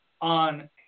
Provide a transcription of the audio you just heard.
on